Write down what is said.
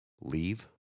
leave